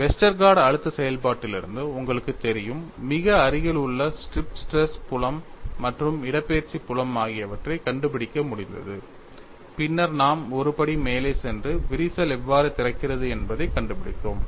Westergaard அழுத்த செயல்பாட்டிலிருந்து உங்களுக்குத் தெரியும் மிக அருகில் உள்ள ஸ்ட்ரிப் ஸ்ட்ரெஸ் புலம் மற்றும் இடப்பெயர்ச்சி புலம் ஆகியவற்றைக் கண்டுபிடிக்க முடிந்தது பின்னர் நாம் ஒரு படி மேலே சென்று விரிசல் எவ்வாறு திறக்கிறது என்பதைக் கண்டுபிடித்தோம்